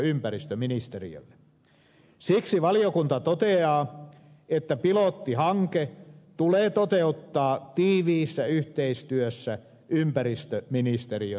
siksi valiokunta toteaa että pilottihanke tulee toteuttaa tiiviissä yhteistyössä ympäristöministeriön kanssa